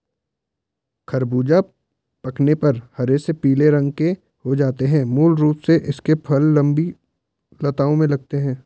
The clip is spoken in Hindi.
ख़रबूज़ा पकने पर हरे से पीले रंग के हो जाते है मूल रूप से इसके फल लम्बी लताओं में लगते हैं